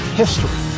history